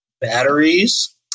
Batteries